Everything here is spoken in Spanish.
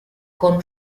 con